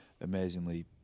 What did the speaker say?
amazingly